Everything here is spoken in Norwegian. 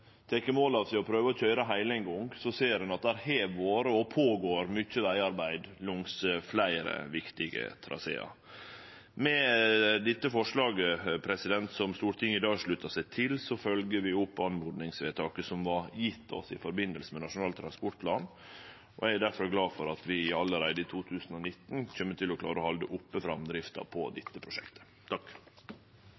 seg til ein gong å prøve å køyre heile, vil sjå at det har vore og går føre seg mykje vegarbeid langs fleire viktige trasear. Med dette forslaget, som Stortinget i dag sluttar seg til, følgjer vi opp oppmodingsvedtaket som vart gjeve oss i samband med Nasjonal transportplan. Eg er difor glad for at vi allereie i 2019 kjem til å klare å halde oppe framdrifta i dette prosjektet. Det